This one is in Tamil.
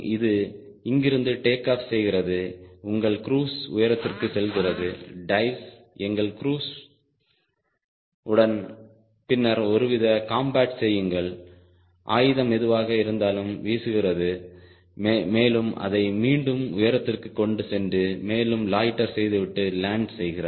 இது இங்கிருந்து டேக் ஆஃப் செய்கிறது உங்கள் க்ரூஸ் உயரத்திற்குச் செல்கிறது டைவ்ஸ் எங்கள் க்ரூஸ் உடன் பின்னர் ஒருவித காம்பேட் செய்யுங்கள் ஆயுதம் எதுவாக இருந்தாலும் வீசுகிறது மேலும் அதை மீண்டும் உயரத்திற்கு கொண்டு சென்று மேலும் லொய்ட்டர் செய்துவிட்டு லேண்ட் செய்கிறது